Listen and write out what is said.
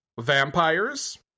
vampires